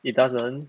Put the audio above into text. it doesn't